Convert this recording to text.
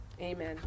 Amen